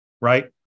right